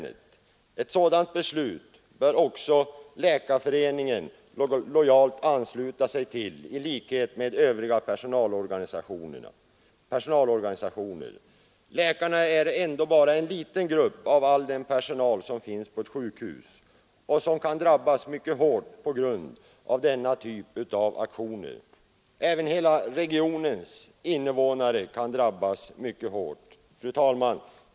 Ett sådant beslut bör också läkarföreningen lojalt ansluta sig till i likhet med övriga personalorganisationer. Läkarna är ändå bara en liten grupp av all den personal som finns på ett sjukhus och som kan drabbas mycket hårt genom denna typ av aktioner. Även för regionens invånare kan följderna bli mycket svåra. Fru talman!